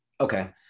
Okay